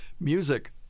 music